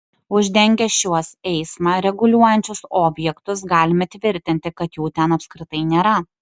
uždengę šiuos eismą reguliuojančius objektus galime tvirtinti kad jų ten apskritai nėra